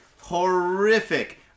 Horrific